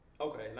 okay